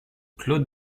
claude